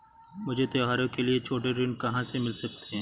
मुझे त्योहारों के लिए छोटे ऋण कहाँ से मिल सकते हैं?